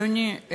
אדוני,